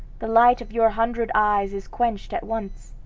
the light of your hundred eyes is quenched at once!